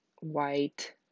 white